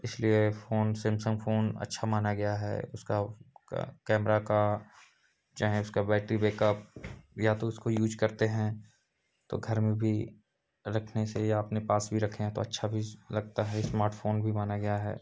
इसलिए phone Samsung phone अच्छा माना गया है उसका कैमरा का चाहे उसका बैटरी बैकअप या तो उसको यूज़ करते हैं तो घर में भी रखने से या अपने पास भी रखें तो अच्छा भी लगता है स्मार्ट फोन भी माना गया है